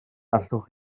allwch